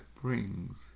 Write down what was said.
brings